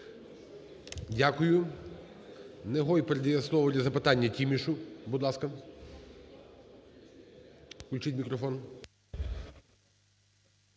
Дякую. Негой передає слово для запитання Тімішу, будь ласка. Включіть мікрофон.